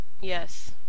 Yes